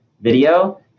video